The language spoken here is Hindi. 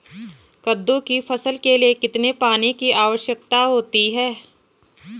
कद्दू की फसल के लिए कितने पानी की आवश्यकता होती है?